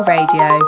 Radio